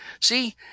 See